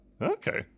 Okay